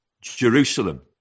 Jerusalem